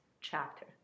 chapter